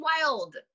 wild